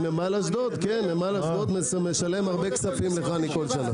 נמל אשדוד משלם הרבה כספים לחנ"י כל שנה.